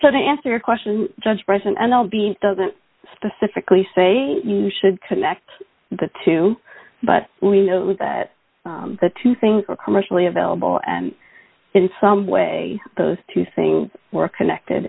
to answer your question just present and i'll be doesn't specifically say you should connect the two but we know that the two things are commercially available and in some way those two things were connected